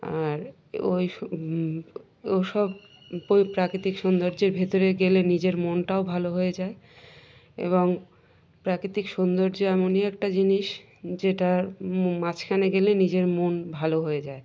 আর ওই ও সব ওই প্রাকৃতিক সৌন্দর্যের ভিতরে গেলে নিজের মনটাও ভালো হয়ে যায় এবং প্রাকৃতিক সৌন্দর্য এমনই একটা জিনিস যেটার মাঝখানে গেলে নিজের মন ভালো হয়ে যায়